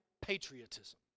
patriotism